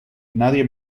nadie